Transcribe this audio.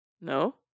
No